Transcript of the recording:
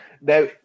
now